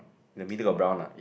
the middle got brown ah